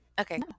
Okay